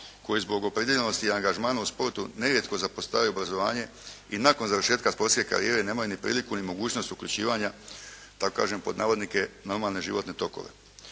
koji zbog opredijeljenosti i angažmana u sportu nerijetko zapostavljaju obrazovanje i nakon završetka sportske karijere nemaju ni priliku ni mogućnost uključivanja da tako kažem pod navodnike normalne životne tokove.